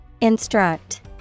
Instruct